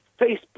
Facebook